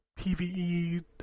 PVE